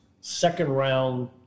second-round